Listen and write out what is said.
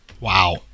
Wow